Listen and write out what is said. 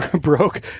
broke